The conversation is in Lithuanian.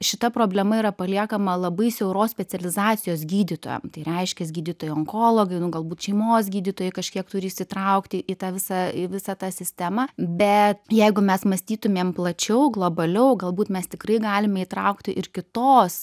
šita problema yra paliekama labai siauros specializacijos gydytojam reiškias gydytojai onkologai nu galbūt šeimos gydytojai kažkiek turi įsitraukti į tą visą į visą tą sistemą bet jeigu mes mąstytumėm plačiau globaliau galbūt mes tikrai galime įtraukti ir kitos